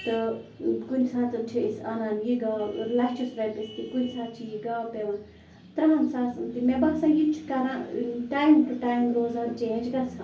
تہٕ کُنہِ ساتہٕ چھِ أسۍ اَنان یہِ گاو لَچھَس رۄپیَس تہِ کُنہِ ساتہٕ چھِ یہِ گاو پیٚوان تٕرٛہَن ساسَن تہِ مےٚ باسان یہِ تہِ چھُ کَران ٹایِم ٹُوٚ ٹایِم روزان چینٛج گژھان